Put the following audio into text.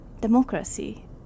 democracy